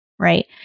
Right